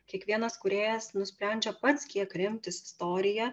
kiekvienas kūrėjas nusprendžia pats kiek remtis istorija